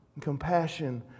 compassion